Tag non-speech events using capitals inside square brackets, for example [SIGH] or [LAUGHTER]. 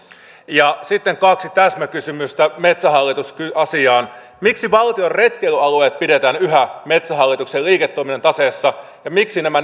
ja sitten kaksi täsmäkysymystä metsähallitus asiaan miksi valtion retkeilyalueet pidetään yhä metsähallituksen liiketoiminnan taseessa ja miksi nämä [UNINTELLIGIBLE]